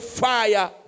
fire